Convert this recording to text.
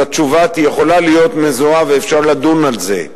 אז התשובה יכולה להיות מזוהה, ואפשר לדון על זה.